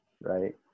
right